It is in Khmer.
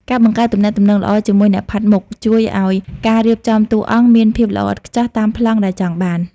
ការបង្កើតទំនាក់ទំនងល្អជាមួយអ្នកផាត់មុខ ជួយឱ្យការរៀបចំតួអង្គមានភាពល្អឥតខ្ចោះតាមប្លង់ដែលចង់បាន។